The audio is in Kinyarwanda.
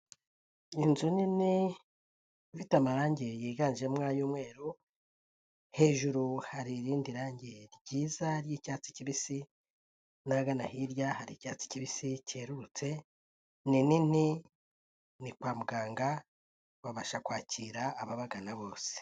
Inzu nini ifite amarange yiganjemo ay'umweru, hejuru hari irindi range ryiza ry'icyatsi kibisi n'ahagana hirya hari icyatsi kibisi kerurutse, ni nini ni kwa muganga, babasha kwakira ababagana bose.